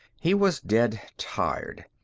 he was dead tired.